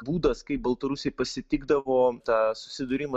būdas kaip baltarusiai pasitikdavo tą susidūrimą